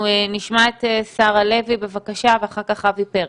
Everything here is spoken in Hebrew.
אנחנו נשמע את שרה לוי, בבקשה, ואחר כך אבי פרץ.